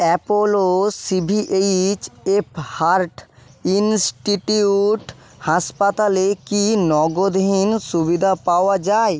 Apollo C V H F heart institute হাসপাতালে কি নগদহীন সুবিধা পাওয়া যায়